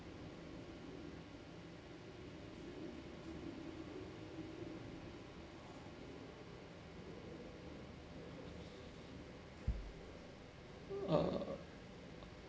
uh